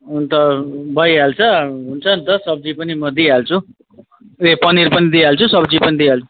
अन्त भइहाल्छ हुन्छ नि त सब्जी पनि म दिइहाल्छु ए पनिर पनि दिइहाल्छु सब्जी पनि दिइहाल्छु